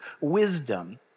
wisdom